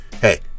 Hey